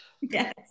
Yes